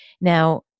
Now